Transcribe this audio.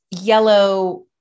yellow